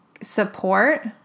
support